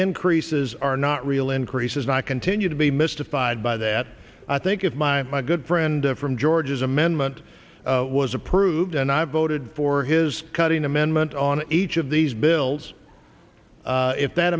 increases are not real increases and i continue to be mystified by that i think if my good friend from george's amendment was approved and i voted for his cutting amendment on each of these bills if that